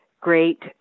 great